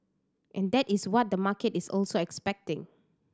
and that is what the market is also expecting